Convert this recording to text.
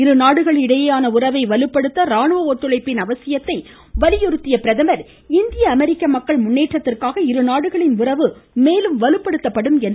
இருநாடுகளிடையேயான உறவை வலுப்படுத்த ராணுவ ஒத்துழைப்பின் அவசியத்தை வலியுறுத்திய அவர் இந்திய அமெரிக்க மக்கள் முன்னேற்றத்திற்காக இருநாடுகளின் உறவு மேலும் வலுப்படுத்தப்படும் என்றார்